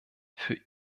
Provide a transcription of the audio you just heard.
für